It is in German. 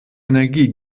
energie